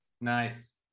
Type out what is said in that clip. Nice